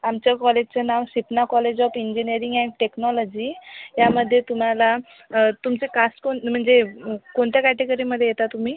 आमच्या कॉलेजचं नाव Sipna college of engineering and technology यामध्ये तुम्हाला तुमचं कास्ट कोण म्हणजे कोणत्या कॅटेगरीमदध्ये येता तुम्ही